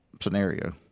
scenario